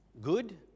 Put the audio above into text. Good